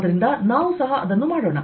ಆದ್ದರಿಂದ ನಾವು ಅದನ್ನು ಸಹ ಮಾಡೋಣ